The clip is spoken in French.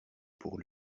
pour